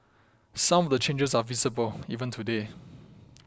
some of the changes are visible even today